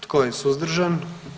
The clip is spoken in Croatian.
Tko je suzdržan?